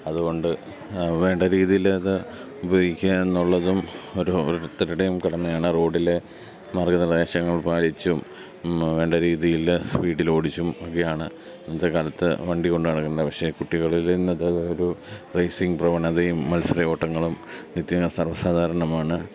അതുകൊണ്ട് വേണ്ട രീതിയിൽ അത് ഉപയോഗിക്കുക എന്നുള്ളതും ഒരു ഒരോരുത്തരുടെയും കടമയാണ് റോഡിലെ മാർഗ്ഗ നിർദേശങ്ങൾ പാലിച്ചും വേണ്ട രീതിയിൽ സ്പീഡിൽ ഓടിച്ചും ഒക്കെയാണ് ഇന്നത്തെ കാലത്ത് വണ്ടി കൊണ്ടു നടക്കേണ്ടത് പക്ഷേ കുട്ടികളിൽ നിന്ന് ഒരു റേസിംഗ പ്രവണതയും മത്സര ഓട്ടങ്ങളും നിത്യേന സർവസാധാരണമാണ്